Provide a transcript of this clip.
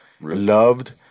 loved